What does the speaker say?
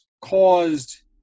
caused